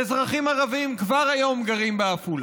ואזרחים ערבים כבר היום גרים בעפולה.